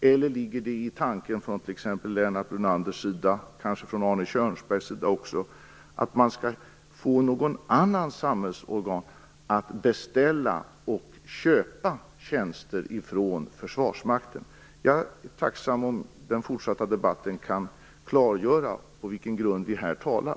Eller ligger det i tanken - kanske också hos Arne Kjörnsberg - att något annat samhällsorgan skall beställa och köpa tjänster från försvarsmakten? Jag är tacksam om den fortsatta debatten kan klargöra dessa frågor.